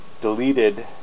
deleted